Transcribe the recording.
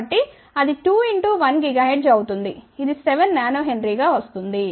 కాబట్టి అది 2πx1 GHz అవుతుంది ఇది 7 nH గా వస్తుంది